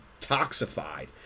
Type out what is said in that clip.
toxified